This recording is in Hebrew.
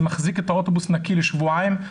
זה מחזיק את האוטובוס נקי לשבועיים.